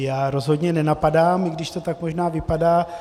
Já rozhodně nenapadám, i když to tak možná vypadá.